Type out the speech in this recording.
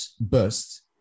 burst